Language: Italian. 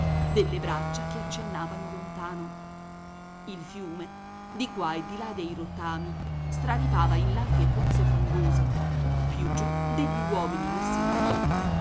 delle braccia che accennavano lontano il fiume di qua e di là dei rottami straripava in larghe pozze fangose più giù degli uomini messi in fila